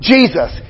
Jesus